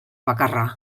bakarra